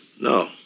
No